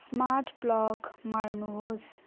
smart plug मार्नुहोस्